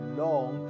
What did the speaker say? long